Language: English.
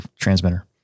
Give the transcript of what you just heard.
transmitter